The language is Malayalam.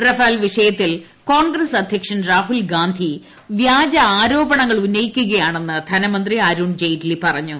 റാഫേൽ വിഷയത്തിൽ കോൺഗ്രസ് അധ്യക്ഷൻ രാഹുൽ ഗാന്ധി വ്യാജ ആരോപണങ്ങൾ ഉന്നയിക്കുകയാണെന്ന് ധനമന്ത്രി അരുൺ ജയ്റ്റ്ലി പറഞ്ഞു